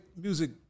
music